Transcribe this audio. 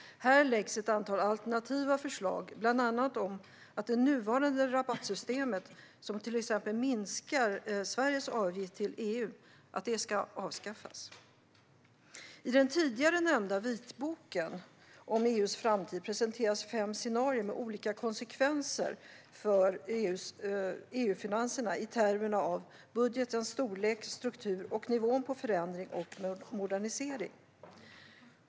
Här läggs ett antal alternativa förslag fram, bland annat att det nuvarande rabattsystemet - som till exempel minskar Sveriges avgift till EU - ska avskaffas. I den tidigare nämnda vitboken om EU:s framtid presenteras fem scenarier med olika konsekvenser för EU-finanserna i termer av budgetens storlek och struktur samt nivån på förändring och modernisering.